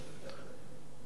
אתה רוצה לצחוק?